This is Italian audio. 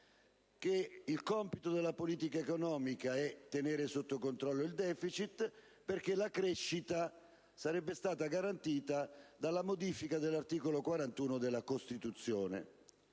il compito della politica economica è tenere sotto controllo il deficit perché la crescita sarebbe stata garantita dalla modifica dell'articolo 41 della Costituzione.